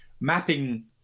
mapping –